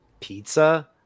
pizza